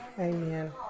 Amen